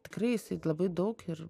tikrai jisai labai daug ir